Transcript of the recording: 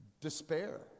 despair